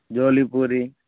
chole puri